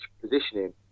positioning